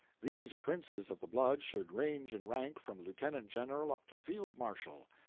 these princes of the blood should range in rank from lieutenant-general up to field marshal,